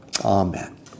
amen